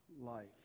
life